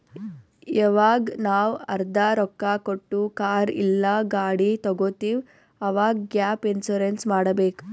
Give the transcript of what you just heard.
ಯವಾಗ್ ನಾವ್ ಅರ್ಧಾ ರೊಕ್ಕಾ ಕೊಟ್ಟು ಕಾರ್ ಇಲ್ಲಾ ಗಾಡಿ ತಗೊತ್ತಿವ್ ಅವಾಗ್ ಗ್ಯಾಪ್ ಇನ್ಸೂರೆನ್ಸ್ ಮಾಡಬೇಕ್